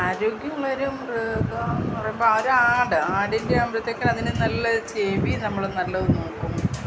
ആരോഗ്യമുള്ളൊരു മൃഗമെന്നു പറയുമ്പോൾ ഒരു ആട് ആടിൻ്റെ ആകുമ്പോഴത്തേക്ക് അതിനു നല്ല ചെവി നമ്മൾ നല്ലതു നോക്കും